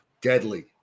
Deadly